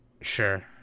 Sure